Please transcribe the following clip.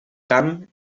camp